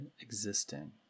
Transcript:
existing